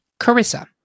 Carissa